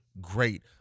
great